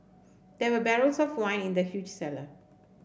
there were barrels of wine in the huge cellar